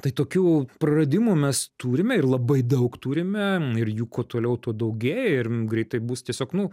tai tokių praradimų mes turime ir labai daug turime ir jų kuo toliau tuo daugėja ir greitai bus tiesiog nu